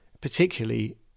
particularly